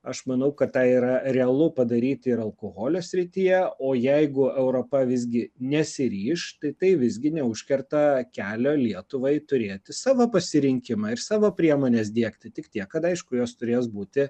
aš manau kad tą yra realu padaryti ir alkoholio srityje o jeigu europa visgi nesiryš tai tai visgi neužkerta kelio lietuvai turėti savo pasirinkimą ir savo priemones diegti tik tiek kad aišku jos turės būti